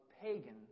pagan